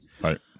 Right